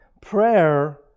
prayer